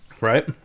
Right